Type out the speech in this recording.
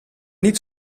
niet